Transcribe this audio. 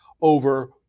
over